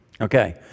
Okay